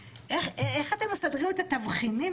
איך אתם מסדרים את התבחינים?